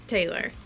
Taylor